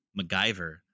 MacGyver